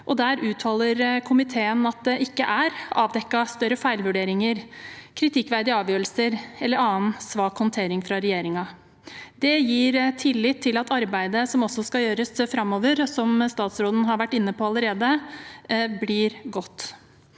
der uttaler komiteen at det ikke er avdekket større feilvurderinger, kritikkverdige avgjørelser eller annen svak håndtering fra regjeringen. Det gir tillit til at arbeidet som også skal gjøres framover, og som statsråden har vært inne på allerede, blir godt.